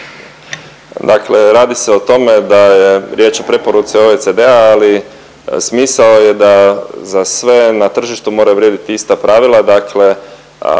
Dakle radi se o tome da je riječ o preporuci OECD-a ali smisao je da za sve na tržištu mora vrijediti ista pravila. Dakle